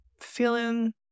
feeling